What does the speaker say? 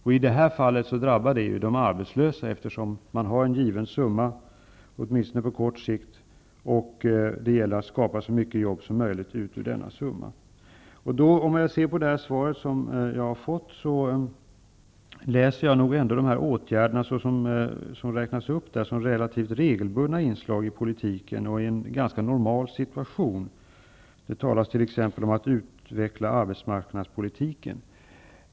I det här fallet drabbar det de arbetslösa, eftersom man har en given summa -- åtminstone på kort sikt -- och det gäller att skapa så mycket jobb som möjligt med denna summa. Jag betraktar nog ändå de åtgärder som räknas upp i det svar jag har fått som relativt regelbundna inslag i politiken i en ganska normal situation. Det talas t.ex. om att utveckla arbetsmarknadspolitiken.